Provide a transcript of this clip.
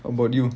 how about you